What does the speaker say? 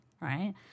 right